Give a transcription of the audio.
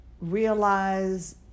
realize